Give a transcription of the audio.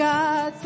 God